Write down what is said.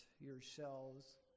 yourselves